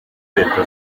leta